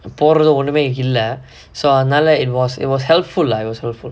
போடுறது ஒன்னுமே இல்ல:podurathu onnumae illa so அதுனால:athunaala it was helpful lah it was helpful